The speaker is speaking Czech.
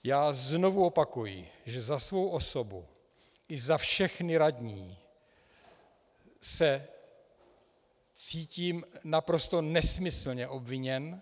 Já znovu opakuji, že za svou osobu i za všechny radní se cítím naprosto nesmyslně obviněn.